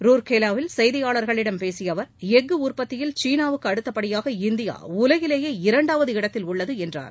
ரூர்கேலாவில் செய்தியாளர்களிடம் பேசிய அவர் எஃகு உற்பத்தியில் சீனாவுக்கு அடுத்தபடியாக இந்தியா உலகிலேயே இரண்டாவது இடத்தில் உள்ளது என்றார்